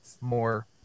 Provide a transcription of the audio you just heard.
more